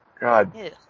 God